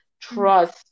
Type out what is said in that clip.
trust